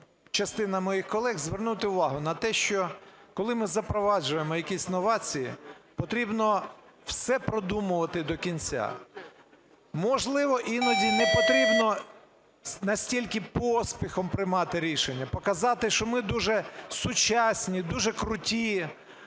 частина моїх колег, звернути увагу на те, що коли ми запроваджуємо якісь новації, потрібно все продумувати до кінця. Можливо, іноді не потрібно настільки поспіхом приймати рішення, показати, що ми дуже сучасні, дуже круті,